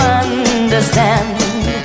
understand